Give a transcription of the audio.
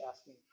asking